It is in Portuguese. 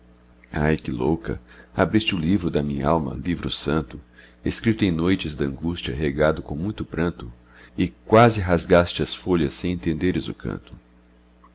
ai que louca abriste o livro da minhalma livro santo escrito em noites dangústia regado com muito pranto e quase rasgaste as folhas sem entenderes o canto